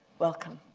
welcome.